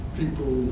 people